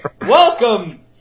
Welcome